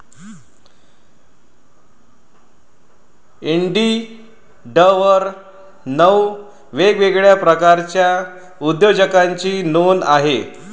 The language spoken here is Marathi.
इंडिडवर नऊ वेगवेगळ्या प्रकारच्या उद्योजकतेची नोंद आहे